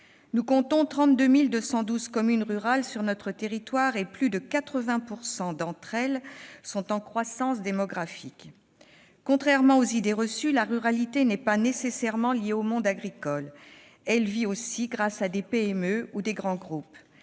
compte 32 212 communes rurales, et plus de 80 % d'entre elles sont en croissance démographique. Contrairement aux idées reçues, la ruralité n'est pas nécessairement liée au monde agricole. Elle vit aussi grâce à des PME ou à de grands groupes.